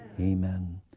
Amen